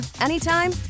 anytime